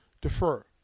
Defer